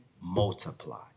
multiply